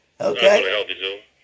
Okay